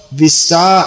vista